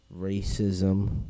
racism